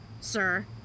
sir